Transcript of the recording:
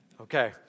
Okay